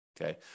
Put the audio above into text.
okay